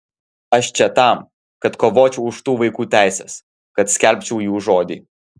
aš čia tam kad kovočiau už tų vaikų teises kad skelbčiau jų žodį